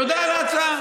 תודה על ההצעה.